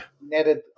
netted